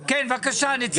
תקציב.